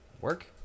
Work